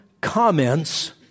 comments